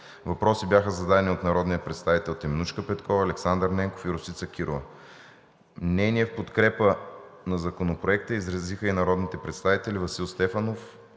Въпроси бяха зададени от народния представител Теменужка Петкова, Александър Ненков и Росица Кирова. Мнение в подкрепа на Законопроекта изразиха и народните представители Васил Стефанов,